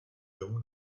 domu